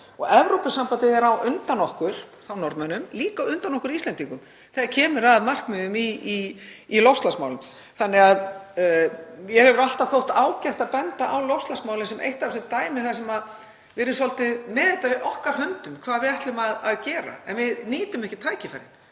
og Evrópusambandið er á undan okkur — hann á þá við Norðmenn en það er líka á undan okkur Íslendingum — þegar kemur að markmiðum í loftslagsmálum. Mér hefur alltaf þótt ágætt að benda á loftslagsmálin sem eitt af þessum dæmum þar sem við erum svolítið með þetta í okkar höndum, hvað við ætlum að gera. Við nýtum ekki tækifærin